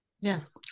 yes